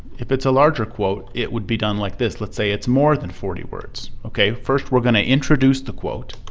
if it's a larger quote, it would be done like this. let's say it's more than forty words. o k. first we're going to introduce the quote.